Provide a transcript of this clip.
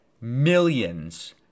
millions